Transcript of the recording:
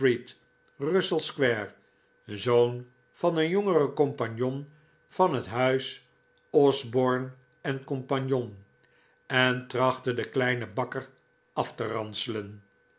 russell square zoon van een jongeren compagnon van het huis osborne co en trachtte den kleinen bakker af te ranselen